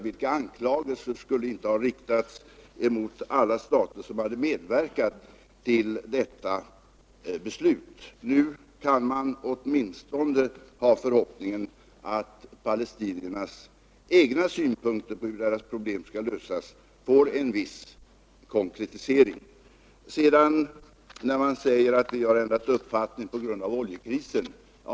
Vilka anklagelser skulle inte ha riktats mot alla stater som hade medverkat till ett sådant beslut? Nu kan man åtminstone ha förhoppningen att palestiniernas egna synpunkter på hur deras problem skall lösas får en viss konkretisering: Vidare säger man att Sverige har ändrat uppfattning på grund av oljekrisen.